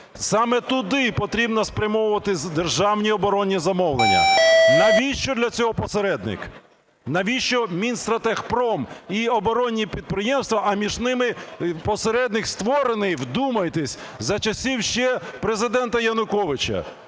Саме туди потрібно спрямовувати державні оборонні замовлення. Навіщо для цього посередник? Навіщо Мінстратегпром і оборонні підприємства? А між ними посередник створений, вдумайтесь, за часів ще Президента Януковича.